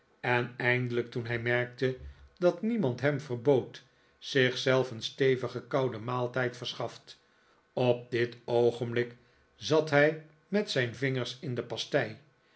en eindelijk toen hij merkte dat niemand hem verbood zich zelf een stevigen kouden maaltijd verschaft op dit oogenblik zat hij met zijn vingers in de pastei